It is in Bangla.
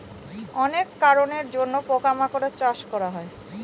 অনেক কারনের জন্য পোকা মাকড়ের চাষ করা হয়